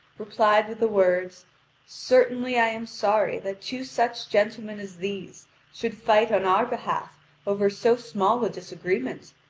replied with the words certainly i am sorry that two such gentlemen as these should fight on our behalf over so small a disagreement.